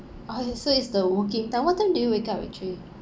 oh is so is the working time what time do you wake up actually